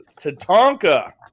Tatanka